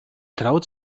traut